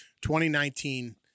2019